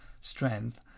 strength